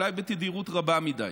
אולי בתדירות רבה מדי.